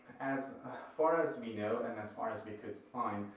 as far as we know, and as far as we could find